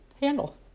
handle